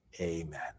Amen